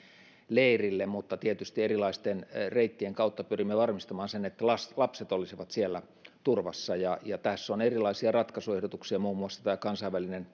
leirille mutta tietysti erilaisten reittien kautta pyrimme varmistamaan sen että lapset lapset olisivat siellä turvassa ja ja tässä on erilaisia ratkaisuehdotuksia muun muassa tämä kansainvälinen